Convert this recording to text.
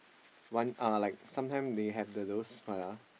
one uh like sometime they have the those what ah